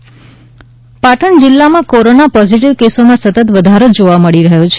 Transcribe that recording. Patan corona Patan જિલ્લામાં corona positive કેસોમાં સતત વધારો જોવા મળી રહ્યો છે